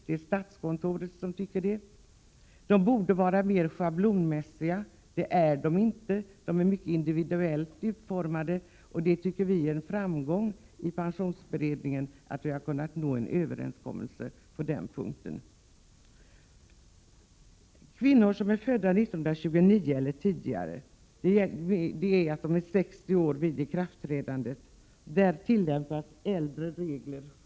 Det är statskontoret som anser det och menar att övergångsbestämmelserna borde vara mer schablonmässiga. Det är de inte, utan de är mycket individuellt utformade. Vi i pensionsberedningen tycker att det är en framgång att vi har kunnat nå en överenskommelse på den punkten. För kvinnor som är födda 1929 eller tidigare, alltså är 60 år eller äldre vid ikraftträdandet, tillämpas äldre regler fullt ut.